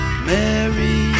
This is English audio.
Mary